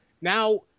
Now